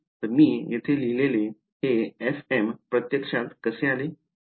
तर मी येथे लिहिलेले हे fm प्रत्यक्षात कसे आले